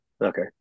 Okay